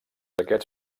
aquests